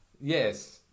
Yes